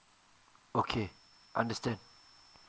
okay understand